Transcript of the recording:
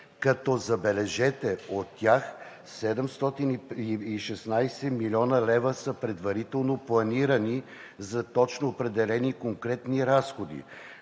като, забележете, от тях 716 млн. лв. са предварително планирани за точно определени конкретни разходи.